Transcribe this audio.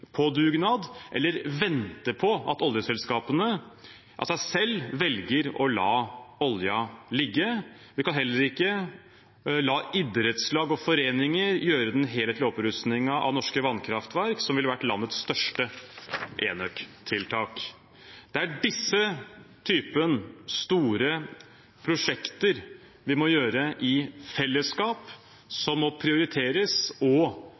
på dugnad eller vente på at oljeselskapene av seg selv velger å la oljen ligge. Vi kan heller ikke la idrettslag og foreninger ta seg av den helhetlige opprustningen av norske vannkraftverk, som ville vært landets største enøktiltak. Det er denne typen store prosjekter vi må gjennomføre i fellesskap, som må prioriteres, og